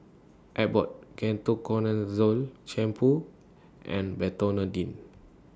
Abbott Ketoconazole Shampoo and Betanedine